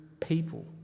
people